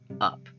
up